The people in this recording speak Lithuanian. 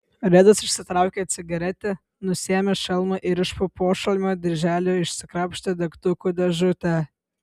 redas išsitraukė cigaretę nusiėmė šalmą ir iš po pošalmio dirželių išsikrapštė degtukų dėžutę